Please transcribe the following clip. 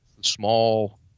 small